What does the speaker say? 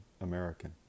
American